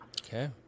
Okay